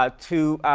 ah to